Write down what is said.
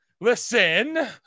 Listen